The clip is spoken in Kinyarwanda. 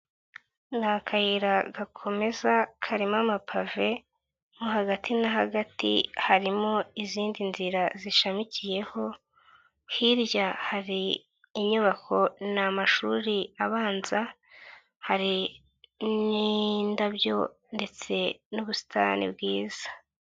Ni akayira gakomeza karimo amapave mo hagati na hagati harimo izindi nzira zishamikiyeho, hirya hari inyubako, ni amashuri abanza, hari n'indabyo ndetse n'ubusitani bwiza.